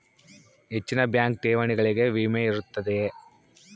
ಹೆಚ್ಚಿನ ಬ್ಯಾಂಕ್ ಠೇವಣಿಗಳಿಗೆ ವಿಮೆ ಇರುತ್ತದೆಯೆ?